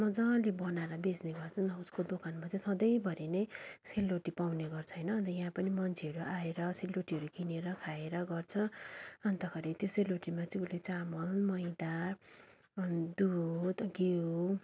मज्जले बनाएर बेच्ने गर्छ उसको दोकानमा चाहिँ सधैँभरि नै सेल रोटी पाउने गर्छ होइन अन्त यहाँ पनि मान्छेहरू आएर सेल रोटीहरू किनेर खाएर गर्छ अन्तखेरि त्यो सेल रोटीमा चाहिँ उसले चामल मैदा दुध घिउ